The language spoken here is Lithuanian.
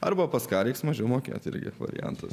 arba pas ką reiks mažiau mokėti irgi variantas